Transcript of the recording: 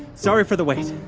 sorry for the wait. i